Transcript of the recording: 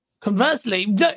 conversely